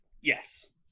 yes